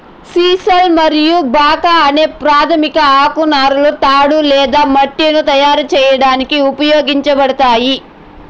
sisal మరియు abaca అనే ప్రాధమిక ఆకు నారలు తాడు లేదా మ్యాట్లను తయారు చేయడానికి ఉపయోగించబడతాయి